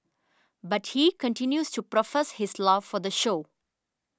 but he continues to profess his love for the show